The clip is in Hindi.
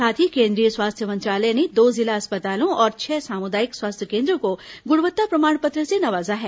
साथ ही केंद्रीय स्वास्थ्य मंत्रालय ने दो जिला अस्पतालों और छह सामुदायिक स्वास्थ्य केन्द्रों को गुणवत्ता प्रमाण पत्र से नवाजा है